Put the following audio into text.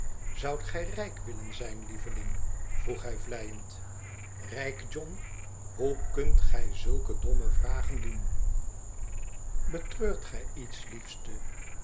izoudt gij rijk willen zijn lieveling vroeg hij vleiend rijk john hoe kunt gij zulke domme vragen doen betreurt gij iets liefste